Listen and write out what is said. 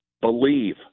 believe